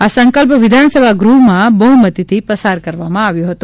આ સંકલ્પ વિઘાનસભા ગૃહમાં બહુમતીથી પસાર કરવામાં આવ્યો હતો